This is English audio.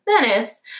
Venice